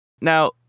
Now